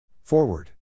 Forward